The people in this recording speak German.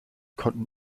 konnten